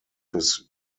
his